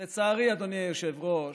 לצערי, אדוני היושב-ראש,